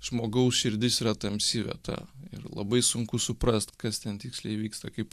žmogaus širdis yra tamsi vieta ir labai sunku suprast kas ten tiksliai vyksta kaip